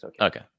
okay